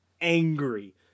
angry